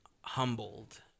humbled